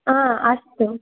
आ अस्तु